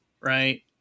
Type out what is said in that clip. right